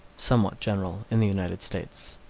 somewhat general in the united states.